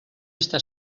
estar